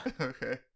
okay